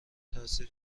تاثیر